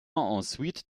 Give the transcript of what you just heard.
ensuite